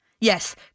Yes